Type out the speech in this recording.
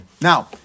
Now